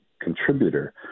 contributor